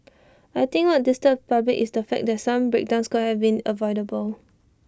I think what disturbs the public is the fact that some breakdowns could have been avoidable